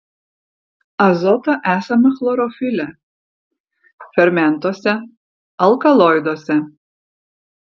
azoto esama chlorofile fermentuose alkaloiduose